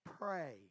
pray